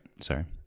Sorry